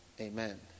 Amen